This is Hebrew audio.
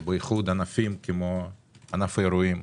ובייחוד ענפים כמו ענפי האירועים,